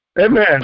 Amen